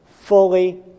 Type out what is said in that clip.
fully